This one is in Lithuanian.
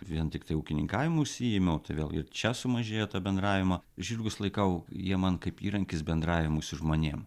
vien tiktai ūkininkavimu užsiėmiau tai vėl ir čia sumažėjo to bendravimo žirgus laikau jie man kaip įrankis bendravimui su žmonėm